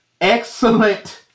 excellent